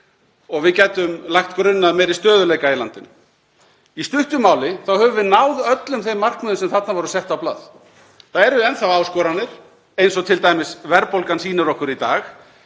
og við gætum lagt grunn að meiri stöðugleika í landinu. Í stuttu máli þá höfum við náð öllum þeim markmiðum sem þarna voru sett á blað. Það eru enn þá áskoranir, eins og t.d. verðbólgan sýnir okkur í dag,